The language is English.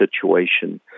situation